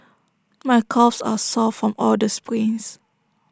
my calves are sore from all the sprints